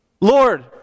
Lord